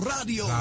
Radio